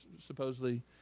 supposedly